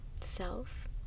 self